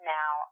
Now